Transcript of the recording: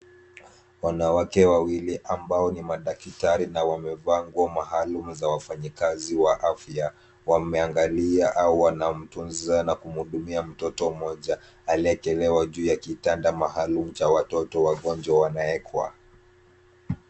Wanawake wawili ambao ni madaktari na wamevaa nguo maalum za wafanyakazi wa afya wameangalia au wanamtunza na kumhudumia mtoto mmoja aliyewekelewa juu ya kitanda maalum cha watoto wagonjwa wanawekwa.